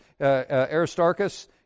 Aristarchus